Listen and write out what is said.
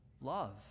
love